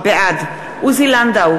בעד עוזי לנדאו,